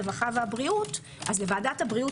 הרווחה והבריאות לוועדת הבריאות